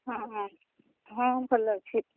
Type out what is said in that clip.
ହଁ ହଁ ହଁ ଭଲ ଅଛି